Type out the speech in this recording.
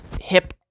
hip